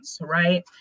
right